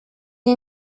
est